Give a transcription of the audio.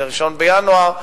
ב-1 בינואר,